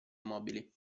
mobili